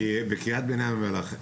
אני בקריאת ביניים אומר לך,